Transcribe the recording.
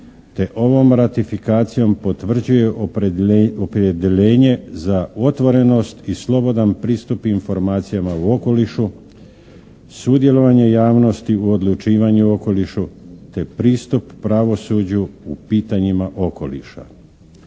te ovom ratifikacijom potvrđuje opredjeljenje za otvorenost i slobodan pristup informacijama u okolišu, sudjelovanje javnosti u odlučivanju o okolišu, te pristup pravosuđu u pitanjima okoliša.